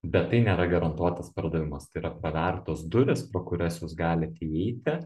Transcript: bet tai nėra garantuotas pardavimas tai yra pravertos durys pro kurias jūs galit įeiti